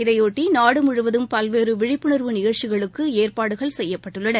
இதையொட்டி நாடு முழுவதும் பல்வேறு விழிப்புணர்வு நிகழ்ச்சிகளுக்கு ஏற்பாடுகள் செய்யப்பட்டுள்ளன